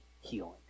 healing